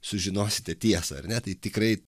sužinosite tiesą ar ne tai tikrai